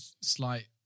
slight